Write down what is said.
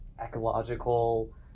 ecological